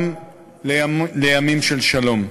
גם לימים של שלום.